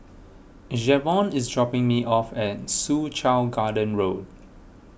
Javon is dropping me off at Soo Chow Garden Road